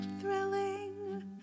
thrilling